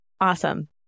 Awesome